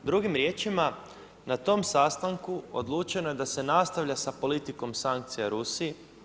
Drugim riječima, na tom sastanku, odlučeno je da se nastavi sa politikom sankciji Rusiji.